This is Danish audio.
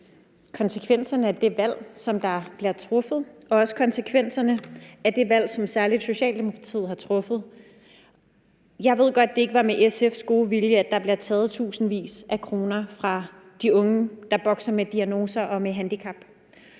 konsekvenserne af det valg, som bliver truffet, og også konsekvenserne af det valg, som særlig Socialdemokratiet har truffet. Jeg ved godt, at det ikke var med SF's gode vilje, at der bliver taget tusindvis af kroner fra de unge, der bokser med diagnoser og handicap.